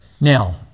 Now